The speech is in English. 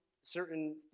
certain